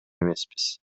эмеспиз